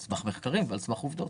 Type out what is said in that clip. על סמך מחקרים ועל סמך עובדות.